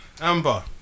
Amber